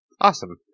Awesome